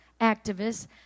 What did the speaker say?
activists